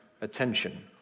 attention